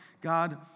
God